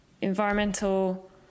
Environmental